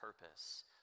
purpose